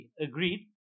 agreed